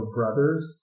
brothers